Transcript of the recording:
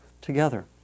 together